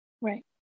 Right